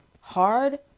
hard